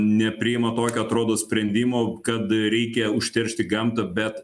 nepriima tokio atrodo sprendimo kad reikia užteršti gamtą bet